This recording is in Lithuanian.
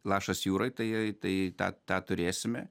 lašas jūroj tai tai tą tą turėsime